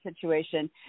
situation